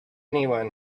anyone